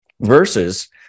Versus